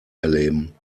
erleben